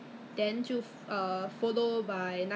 什么跟什么怎么样打在一起我都不知道 leh